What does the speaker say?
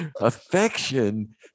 Affection